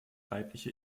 weibliche